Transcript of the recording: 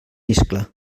iscle